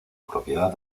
propiedad